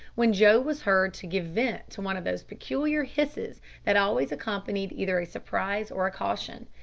when joe was heard to give vent to one of those peculiar hisses that always accompanied either a surprise or a caution.